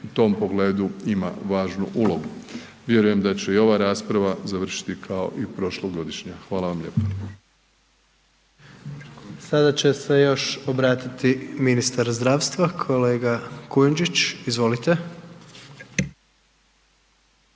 u tom pogledu ima važnu ulogu. Vjerujem da će i ova rasprava završiti kao i prošlogodišnja. Hvala vam lijepo. **Jandroković, Gordan (HDZ)** Sada će se još obratiti ministar zdravstva, kolega Kujundžić. Izvolite.